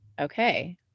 Okay